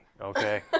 Okay